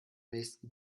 nächsten